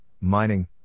mining